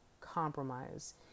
compromise